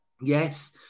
Yes